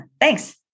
thanks